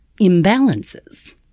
imbalances